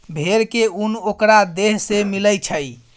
भेड़ के उन ओकरा देह से मिलई छई